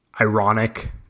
ironic